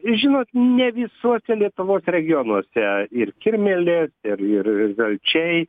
žinot ne visuose lietuvos regionuose ir kirmėlės ir ir žalčiai